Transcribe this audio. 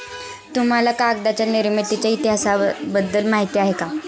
तुम्हाला कागदाच्या निर्मितीच्या इतिहासाबद्दल माहिती आहे का?